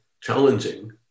challenging